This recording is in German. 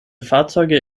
fahrzeuge